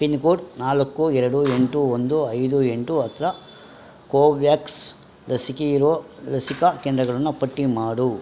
pin code ನಾಲ್ಕು ಎರಡು ಎಂಟು ಒಂದು ಐದು ಎಂಟು ಹತ್ರ ಕೋವ್ಯಾಕ್ಸ್ ಲಸಿಕೆ ಇರೋ ಲಸಿಕಾ ಕೇಂದ್ರಗಳನ್ನು ಪಟ್ಟಿ ಮಾಡು